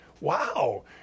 Wow